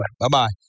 Bye-bye